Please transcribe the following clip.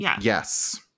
Yes